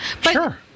Sure